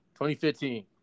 2015